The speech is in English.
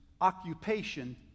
occupation